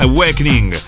Awakening